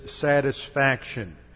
satisfaction